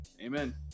amen